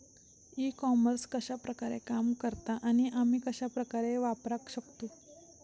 E commerce कश्या प्रकारे काम करता आणि आमी कश्या प्रकारे वापराक शकतू?